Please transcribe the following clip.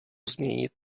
změnit